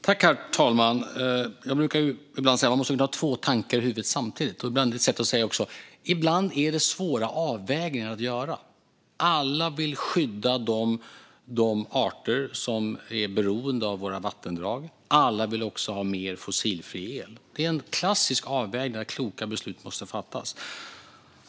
Herr talman! Jag brukar ibland säga att man måste kunna ha två tankar i huvudet samtidigt. Detta är också ett sätt att säga att det ibland handlar om att göra svåra avvägningar. Alla vill skydda de arter som är beroende av våra vattendrag. Alla vill också ha mer fossilfri el. Det är en klassisk avvägning där kloka beslut måste fattas.